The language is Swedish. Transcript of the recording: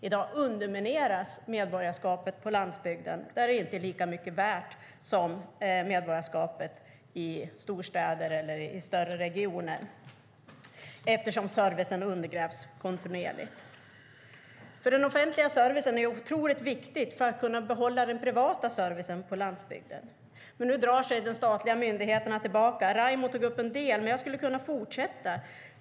I dag undermineras medborgarskapet på landbygden där det inte är lika mycket värt som i storstäder eller i större regioner eftersom servicen undergrävs kontinuerligt. Den offentliga servicen är otroligt viktig för att kunna behålla den privata servicen på landbygden. Nu drar sig de statliga myndigheterna tillbaka. Raimo tog upp en del, och jag skulle kunna fortsätta.